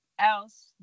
else